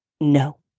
No